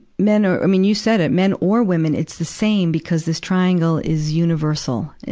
men are, i mean, you said it men or women, it's the same, because this triangle is universal. it,